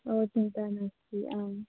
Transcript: ओ चिन्ता नास्ति आम्